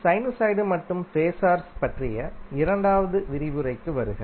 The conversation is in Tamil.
எனவே சைனுசாய்டு மற்றும் பேஸர்கள் பற்றிய இரண்டாவது விரிவுரைக்கு வருக